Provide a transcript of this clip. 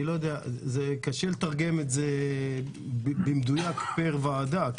קשה לתרגם את זה במדויק פר ועדה,